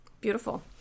beautiful